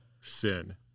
sin